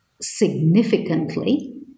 significantly